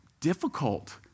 difficult